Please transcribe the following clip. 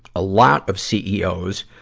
a lot of ceos,